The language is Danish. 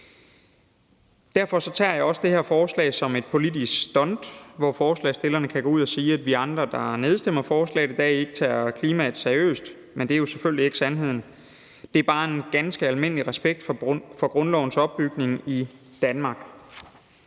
Derfor tager jeg også det her forslag som et politisk stunt, hvor forslagsstillerne kan gå ud og sige, at vi andre, der nedstemmer forslaget i dag, ikke tager klimaet seriøst. Men det er jo selvfølgelig ikke sandheden; det er bare en ganske almindelig respekt for grundlovens opbygning i Danmark.